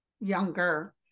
younger